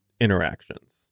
interactions